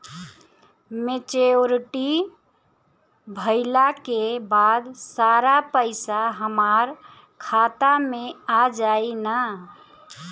Maturity भईला के बाद सारा पईसा हमार खाता मे आ जाई न?